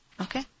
Okay